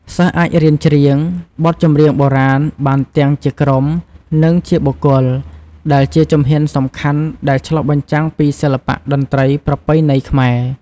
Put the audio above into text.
សិស្សអាចរៀនច្រៀងបទចម្រៀងបុរាណបានទាំងជាក្រុម និងជាបុគ្គល ដែលជាជំហានសំខាន់ដែលឆ្លុះបញ្ចាំងពីសិល្បៈតន្ត្រីប្រពៃណីខ្មែរ។